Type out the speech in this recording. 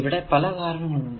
ഇവിടെ പല കാരണങ്ങൾ ഉണ്ട്